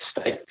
state